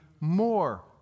more